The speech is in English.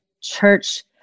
church